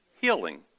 Healing